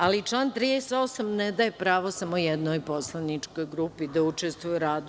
Ali, član 38. ne daje pravo samo jednoj poslaničkog grupi da učestvuje u radu.